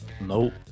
nope